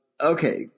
Okay